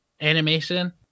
Animation